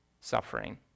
suffering